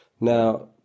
Now